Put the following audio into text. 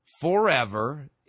forever